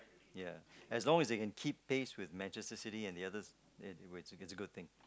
ya as long as they can keep things with Manchester-City and the others and which is it's a good thing